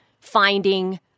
finding